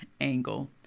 angle